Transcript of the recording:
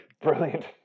Brilliant